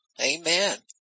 Amen